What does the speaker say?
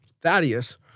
Thaddeus